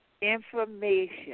information